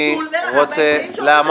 זה ניצול לרעה באמצעים שעומדים